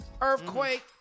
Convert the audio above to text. Earthquake